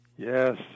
Yes